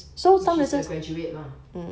which is the graduate lah